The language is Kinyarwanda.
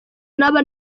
naba